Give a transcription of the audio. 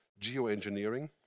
geoengineering